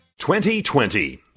2020